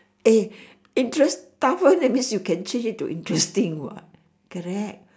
eh it just tougher that means you can change it to interesting what correct